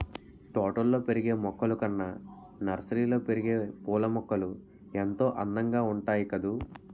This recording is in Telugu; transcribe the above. తోటల్లో పెరిగే మొక్కలు కన్నా నర్సరీలో పెరిగే పూలమొక్కలు ఎంతో అందంగా ఉంటాయి కదూ